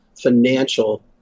financial